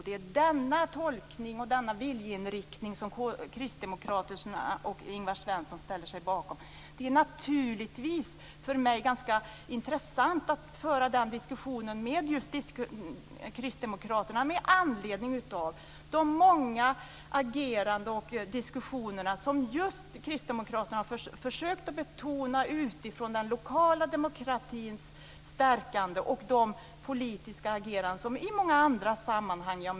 Det är denna tolkning och viljeinriktning som kristdemokraterna och Ingvar Svensson ställer sig bakom. Naturligtvis är det intressant för mig att föra denna diskussion med kristdemokraterna med anledning av att kristdemokraterna har försökt att betona den lokala demokratins stärkande och det politiska agerande jag möter i många andra sammanhang.